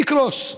ויקרוס,